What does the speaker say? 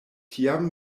tiam